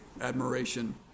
admiration